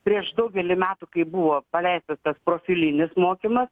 prieš daugelį metų kai buvo paleistas tas profilinis mokymas